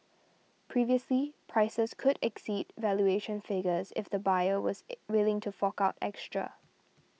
previously prices could exceed valuation figures if the buyer was willing to fork out extra